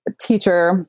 teacher